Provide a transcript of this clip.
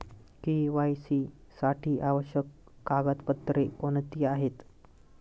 KYC साठी आवश्यक कागदपत्रे कोणती आहेत?